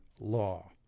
law